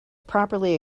properly